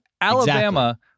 Alabama